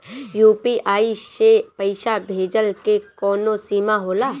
UPI से पईसा भेजल के कौनो सीमा होला?